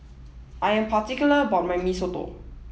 I am particular about my Mee Soto